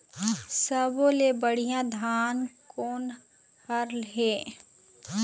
सब्बो ले बढ़िया धान कोन हर हे?